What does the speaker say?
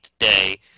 day